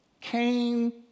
Cain